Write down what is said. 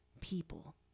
people